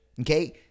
Okay